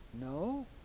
No